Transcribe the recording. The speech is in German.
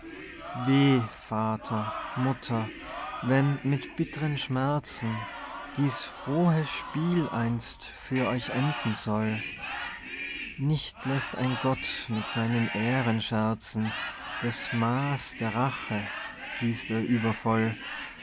vater mutter wenn mit bittren schmerzen dies frohe spiel einst für euch enden soll nicht läßt ein gott mit seinen ehren scherzen das maaß der rache gießt er übervoll